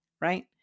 right